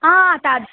हा तद्